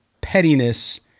pettiness